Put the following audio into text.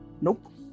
Nope